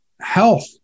health